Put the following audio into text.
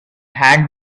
hand